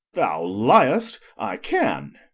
thou liest i can.